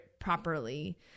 properly